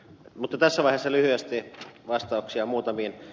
mutta tässä vaiheessa lyhyesti vastauksia muutamiin